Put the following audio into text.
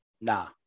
nah